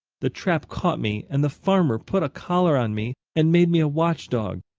the trap caught me and the farmer put a collar on me and made me a watchdog.